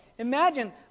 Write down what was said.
Imagine